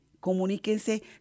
comuníquense